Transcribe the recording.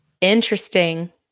Interesting